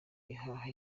bihaha